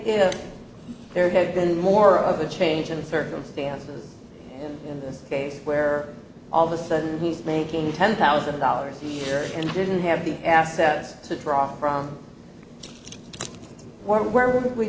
if there had been more of a change in circumstances in this case where all the sudden he's making ten thousand dollars a year and didn't have the assets to draw from where